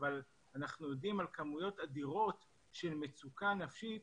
אבל אנחנו יודעים על כמויות אדירות של מצוקה נפשית